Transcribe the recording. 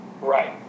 Right